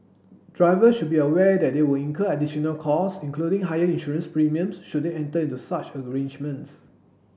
driver should be aware that they will incur additional cost including higher insurance premiums should they enter into such arrangements